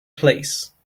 place